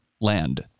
land